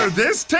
ah this